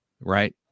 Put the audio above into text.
Right